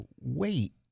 wait